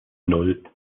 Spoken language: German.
nan